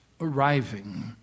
arriving